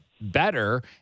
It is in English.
better